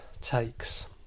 takes